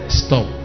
stop